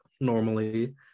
normally